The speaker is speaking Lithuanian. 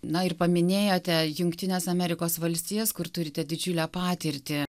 na ir paminėjote jungtines amerikos valstijas kur turite didžiulę patirtį